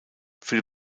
für